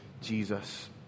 Jesus